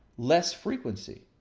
less frequency.